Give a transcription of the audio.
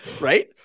right